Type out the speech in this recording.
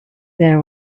there